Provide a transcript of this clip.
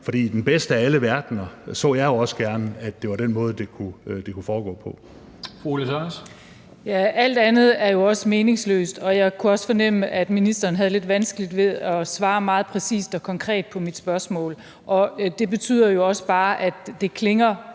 Formanden (Henrik Dam Kristensen): Fru Ulla Tørnæs. Kl. 19:35 Ulla Tørnæs (V): Ja, alt andet er jo også meningsløst, og jeg kunne også fornemme, at ministeren havde lidt vanskeligt ved at svare meget præcist og konkret på mit spørgsmål, og det betyder jo også bare, at det klinger